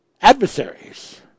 adversaries